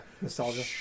Nostalgia